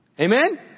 Amen